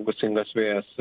gūsingas vėjas